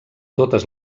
totes